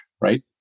right